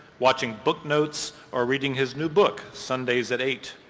watching booknotes or reading his new book sundays at eight.